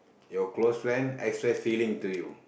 your close friend express feeling to you